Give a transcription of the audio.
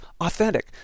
authentic